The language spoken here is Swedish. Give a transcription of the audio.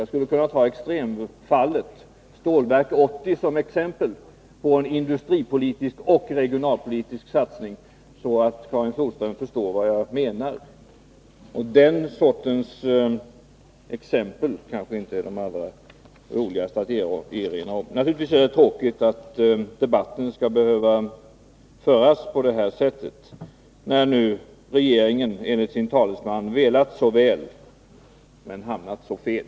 Jag kan ta extremfallet, Stålverk 80, som exempel på en regionalpolitisk och industripolitisk satsning, så att Karin Flodström förstår vad jag menar. Det kan inte vara det allra roligaste att bli påmind om den sortens exempel. Naturligtvis är det tråkigt att debatten skall behöva föras på detta sätt, när nu regeringen enligt sina talesmän velat så väl men hamnat så fel.